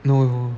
no